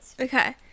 Okay